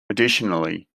additionally